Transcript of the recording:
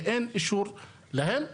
ואין אישור להן.